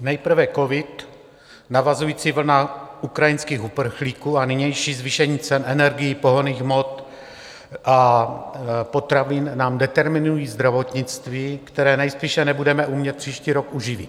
Nejprve covid, navazující vlna ukrajinských uprchlíků a nynější zvýšení cen energií, pohonných hmot a potravin nám determinují zdravotnictví, které nejspíše nebudeme umět příští rok uživit.